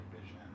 vision